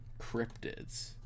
Cryptids